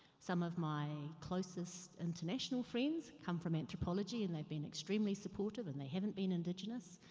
some of my closest international friends come from anthropology and they've been extremely supportive and they haven't been indigenous.